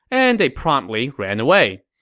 and they promptly ran away.